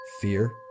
Fear